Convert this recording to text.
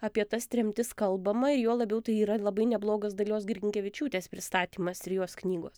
apie tas tremtis kalbama ir juo labiau tai yra labai neblogas dalios grinkevičiūtės pristatymas ir jos knygos